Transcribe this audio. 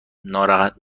ناراحت